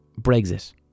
Brexit